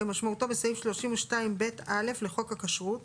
כמשמעותו בסעיף 32ב(א) לחוק הכשרות,